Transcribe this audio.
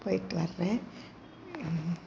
போய்ட்டு வர்றேன்